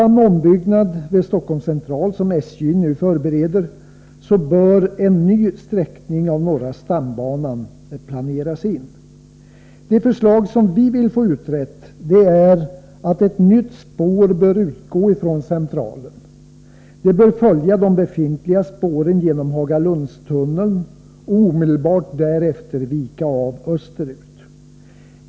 Det förslag som vi vill få utrett kan beskrivas på följande sätt: Ett nytt spår bör utgå från Centralen, följa de befintliga spåren genom Hagalundstunneln och omedelbart därefter vika av österut.